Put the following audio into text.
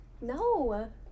No